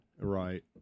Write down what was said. Right